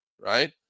right